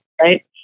right